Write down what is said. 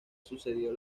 sucedido